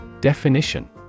Definition